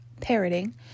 parroting